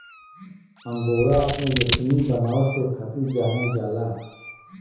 angora अपने रेसमी बनावट के खातिर जानल जाला